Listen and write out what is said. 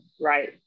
right